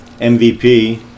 MVP